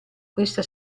questa